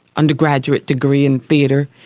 undergraduate degree in theater.